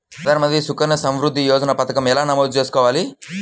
ప్రధాన మంత్రి సుకన్య సంవృద్ధి యోజన పథకం ఎలా నమోదు చేసుకోవాలీ?